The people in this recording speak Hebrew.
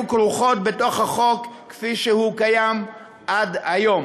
כרוכות בתוך החוק כפי שהוא קיים עד היום.